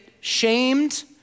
shamed